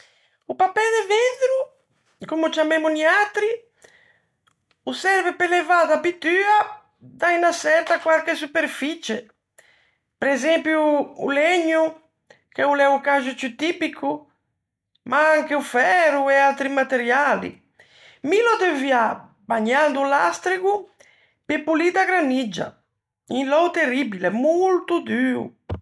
O papê de veddro, comme ô ciammemmo niatri, o serve pe levâ da pittua da unna çerta quarche superficie, presempio o legno, che o l'é o caxo ciù tipico, ma anche o færo e atri materiali. Mi l'ò deuviâ, bangando o lastrego, pe polî da graniggia. Un lou terribile, molto duo.